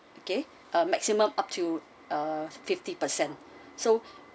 okay ah maximum up to uh fifty percent so